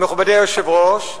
מכובדי היושב-ראש,